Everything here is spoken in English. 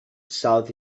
south